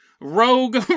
Rogue